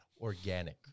organic